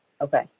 Okay